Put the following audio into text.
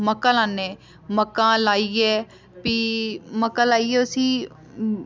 मक्कां लान्नें मक्कां लाइयै फ्ही मक्कां लाइयै उसी